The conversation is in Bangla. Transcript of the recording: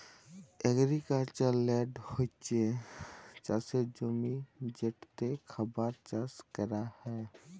এগ্রিকালচারাল ল্যল্ড হছে চাষের জমি যেটতে খাবার চাষ ক্যরা হ্যয়